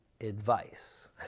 advice